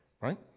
right